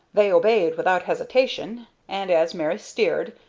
they obeyed without hesitation, and, as mary steered,